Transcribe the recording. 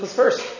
first